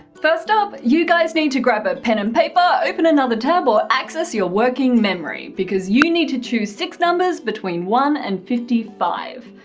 first up, you guys need to grab a pen and paper, open another tab or access your working memory, because you need to choose six numbers between one and fifty five.